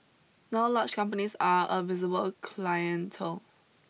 now large companies are a visible clientele